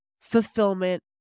fulfillment